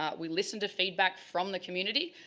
ah we listen to feedback from the community,